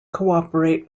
cooperate